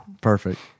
Perfect